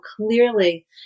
clearly